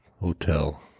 Hotel